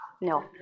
No